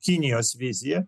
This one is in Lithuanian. kinijos viziją